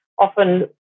often